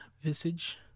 visage